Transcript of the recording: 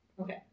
Okay